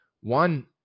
One